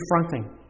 confronting